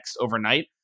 overnight